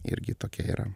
irgi tokia yra